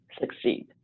succeed